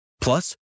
Plus